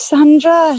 Sandra